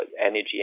energy